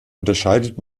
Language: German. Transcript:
unterscheidet